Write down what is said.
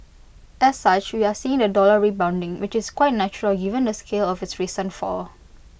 as such we are seeing the dollar rebounding which is quite natural given the scale of its recent fall